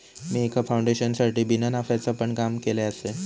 मी एका फाउंडेशनसाठी बिना नफ्याचा पण काम केलय आसय